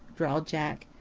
drawled jack.